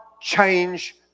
change